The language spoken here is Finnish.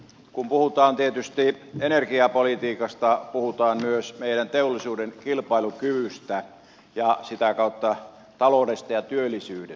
kun puhutaan tietysti energiapolitiikasta puhutaan myös meidän teollisuuden kilpailukyvystä ja sitä kautta taloudesta ja työllisyydestä